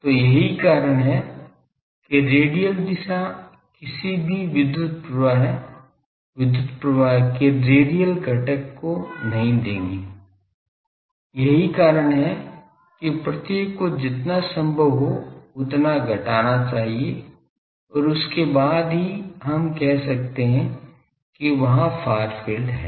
तो यही कारण है कि रेडियल दिशा किसी भी विद्युत प्रवाह विद्युत क्षेत्र के रेडियल घटक को नहीं देगी यही कारण है कि प्रत्येक को जितना संभव हो उतना घटाना चाहिए और उसके बाद ही हम कह सकते हैं कि वहां फार फील्ड है